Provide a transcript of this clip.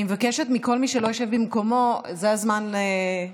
אני מבקשת מכל מי שלא יושב במקומו, זה הזמן לשבת.